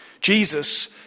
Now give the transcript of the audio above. Jesus